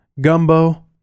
Gumbo